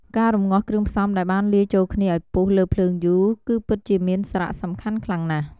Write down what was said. ការរម្ងាស់គ្រឿងផ្សំដែលបានលាយចូលគ្នាឱ្យពុះលើភ្លើងយូរ គឺពិតជាមានសារៈសំខាន់ខ្លាំងណាស់។